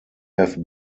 have